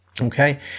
Okay